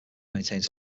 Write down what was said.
maintains